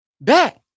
back